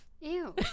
Ew